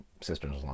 sisters